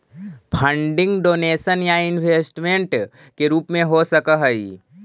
funding donation या investment के रूप में हो सकऽ हई